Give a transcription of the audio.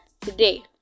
today